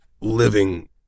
living